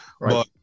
Right